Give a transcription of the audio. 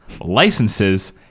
licenses